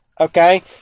Okay